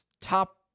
top